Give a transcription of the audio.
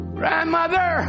grandmother